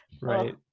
Right